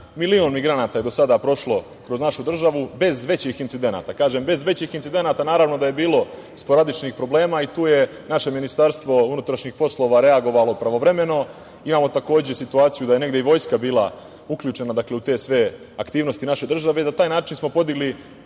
Milion migranata je do sada prošlo kroz našu državu bez većih incidenata. Kažem bez većih incidenata, naravno da je bilo sporadičnih problema i tu je naš MUP reagovao pravovremeno. Imamo takođe situaciju da je negde i vojska bila uključena u te sve aktivnosti naše države i na taj način smo podigli